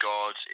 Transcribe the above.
God